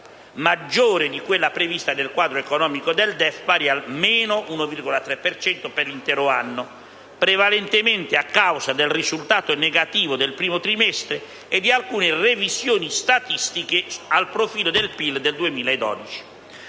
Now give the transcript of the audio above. maggiore di quella prevista nel quadro economico del DEF, pari a -1,3 per cento per l'intero anno, prevalentemente a causa del risultato negativo del primo trimestre e di alcune revisioni statistiche al profilo del PIL del 2012.